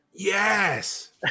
Yes